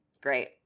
Great